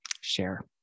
Share